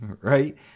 right